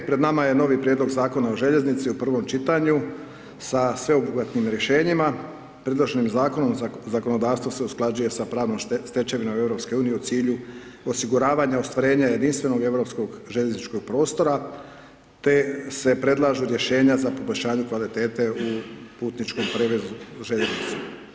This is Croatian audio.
Pred nama je novi Prijedlog zakona o željeznici u prvom čitanju sa sveobuhvatnim rješenjima, predloženim zakonom zakonodavstvo se usklađuje sa pravnom stečevinom EU u cilju osiguravanja ostvarenja jedinstvenog europskog željezničkog prostora te se predlažu rješenja za poboljšanje kvalitete u putničkom prijevozu željeznicom.